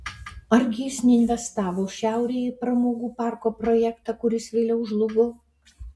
argi jis neinvestavo šiaurėje į pramogų parko projektą kuris vėliau žlugo